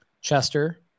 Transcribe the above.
Chester